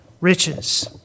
riches